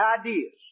ideas